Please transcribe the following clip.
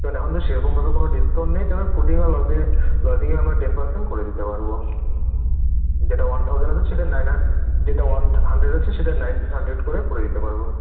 কেন এখন তো সেরকমভাবে কোনও ডিসকাউন্ট নেই তবে ফুডিং আর লজিংয়ে লজিংয়ে আমরা টেন পার্সেন্ট করে দিতে পারব যেটা ওয়ান থাউজেন্ড আছে সেটা নাইন হান যেটা ওয়ান হান্ড্রেড আছে সেটা নাইন হান্ড্রেড করে করে দিতে পারব